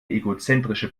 egozentrische